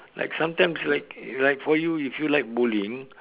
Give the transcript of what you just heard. like sometimes like like for you if you like bowling